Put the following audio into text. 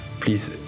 please